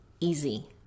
easy